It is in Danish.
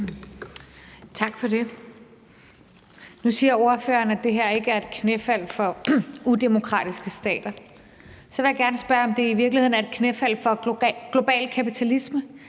Tak for det. Nu siger ordføreren, at det her ikke er et knæfald for udemokratiske stater. Så vil jeg gerne spørge, om det i virkeligheden er et knæfald for global kapitalisme.